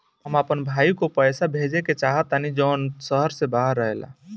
हम अपन भाई को पैसा भेजे के चाहतानी जौन शहर से बाहर रहेला